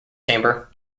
chamber